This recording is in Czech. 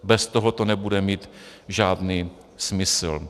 Bez toho to nebude mít žádný smysl.